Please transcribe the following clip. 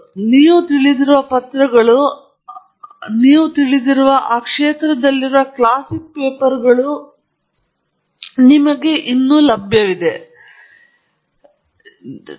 ಆದ್ದರಿಂದ ನೀವು ತಿಳಿದಿರುವ ಪತ್ರಗಳು ನೀವು ತಿಳಿದಿರುವ ಆ ಕ್ಷೇತ್ರದಲ್ಲಿ ಕ್ಲಾಸಿಕ್ ಪೇಪರ್ಗಳು ಮತ್ತು ಅವು ನಮಗೆ ಇನ್ನೂ ಲಭ್ಯವಿವೆ ನಿಮಗೆ ತಿಳಿದಿದೆ